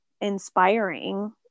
inspiring